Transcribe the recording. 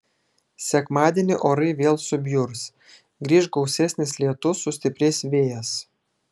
sekmadienį orai vėl subjurs grįš gausesnis lietus sustiprės vėjas